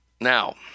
Now